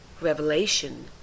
Revelation